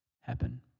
happen